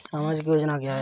सामाजिक योजना क्या है?